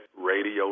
radio